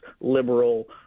liberal